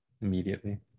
immediately